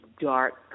dark